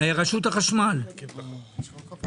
רשות החשמל, בבקשה.